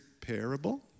parable